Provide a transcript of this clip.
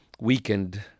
weakened